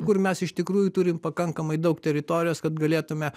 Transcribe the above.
kur mes iš tikrųjų turim pakankamai daug teritorijos kad galėtume